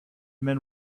men